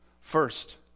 First